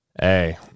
hey